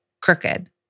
crooked